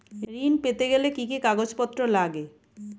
ঋণ পেতে গেলে কি কি কাগজপত্র লাগে?